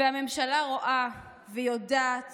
והממשלה רואה ויודעת